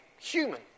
human